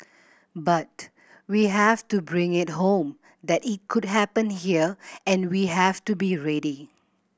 but we have to bring it home that it could happen here and we have to be ready